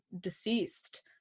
deceased